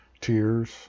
tears